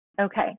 Okay